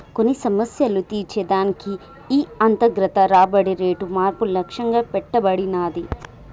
కొన్ని సమస్యలు తీర్చే దానికి ఈ అంతర్గత రాబడి రేటు మార్పు లక్ష్యంగా పెట్టబడినాది